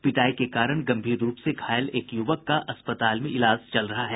पिटाई के कारण गंभीर रूप से घायल एक युवक का अस्पताल में इलाज चल रहा है